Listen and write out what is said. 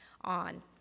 on